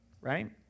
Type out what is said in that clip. right